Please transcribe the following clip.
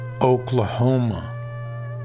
Oklahoma